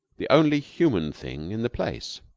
the only human thing in the place.